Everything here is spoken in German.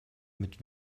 mit